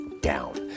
down